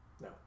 No